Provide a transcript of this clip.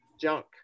junk